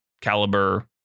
caliber